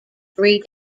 three